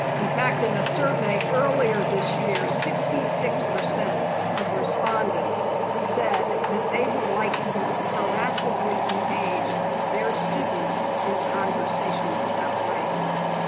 in fact, in a survey earlier this year, sixty six percent of respondents said that they would like to more proactively engage their students in conversations about race.